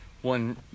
One